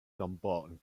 dumbarton